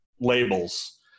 labels